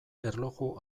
erloju